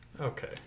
Okay